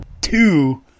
two